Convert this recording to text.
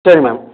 சரி மேம்